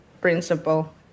principle